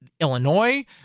Illinois